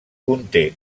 conté